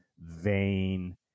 vain